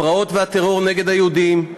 הפרעות והטרור נגד היהודים,